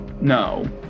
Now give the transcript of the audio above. no